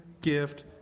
gift